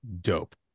dope